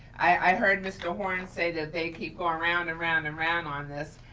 i heard mr. horn say that they keep going around around and around on this.